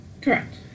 correct